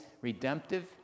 redemptive